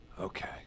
Okay